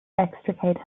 extricate